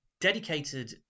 dedicated